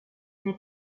n’est